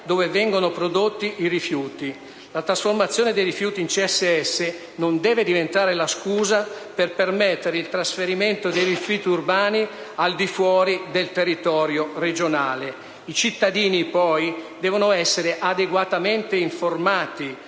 dove vengono prodotti i rifiuti. La trasformazione dei rifiuti in CSS non deve diventare la scusa per permettere il trasferimento dei rifiuti urbani al di fuori del territorio regionale. I cittadini devono essere poi adeguatamente informati